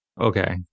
Okay